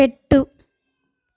పెట్టు